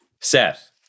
Seth